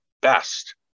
best